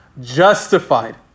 justified